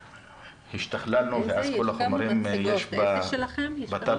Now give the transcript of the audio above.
השתכללנו וכל החומרים יש בטאבלטים.